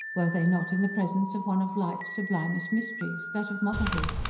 were they not in the presence of one of life's sublimest mysteries that of motherhood?